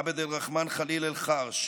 עבד אל-רחמן חליל אל-חרש,